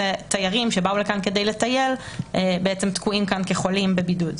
יצא שתיירים שבאו לכאן לטייל בעצם תקועים כאן כחולים בבידוד.